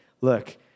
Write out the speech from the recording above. look